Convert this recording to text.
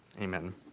Amen